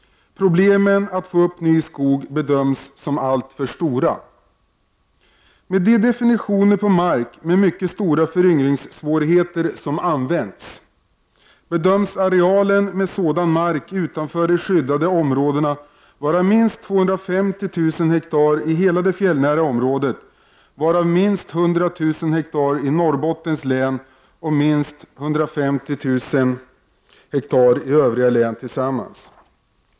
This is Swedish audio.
Problemen att få ny skog att växa upp bedöms som alltför stora. Enligt de definitioner som används på mark med mycket stora föryngringssvårigheter bedöms arealen med sådan mark utanför de skyddade områdena vara minst 250000 hektar i hela det fjällnära området, varav minst 100 000 hektar i Norrbottens län och minst 150 000 hektar i övriga län tillsammans.